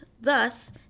Thus